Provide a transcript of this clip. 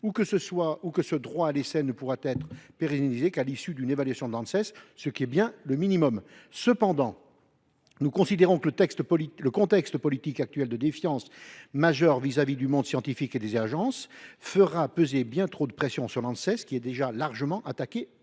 ou que ce droit à l’essai ne pourra être pérennisé qu’à l’issue d’une évaluation de l’Anses, ce qui est bien le minimum. Cependant, nous considérons que le contexte politique actuel de défiance majeure à l’égard du monde scientifique et des agences fera peser bien trop de pression sur l’Anses, qui est déjà largement attaquée